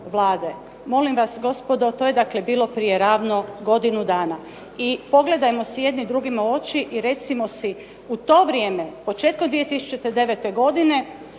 Molim vas gospodo, to je dakle bilo prije ravno godinu dana. I pogledajmo si jedni drugima u oči i recimo si u to vrijeme početkom 2009. godine